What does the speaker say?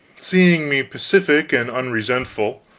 seeing me pacific and unresentful,